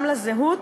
גם לזהות,